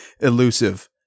elusive